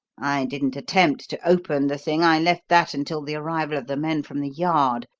i didn't attempt to open the thing i left that until the arrival of the men from the yard,